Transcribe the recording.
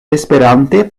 esperante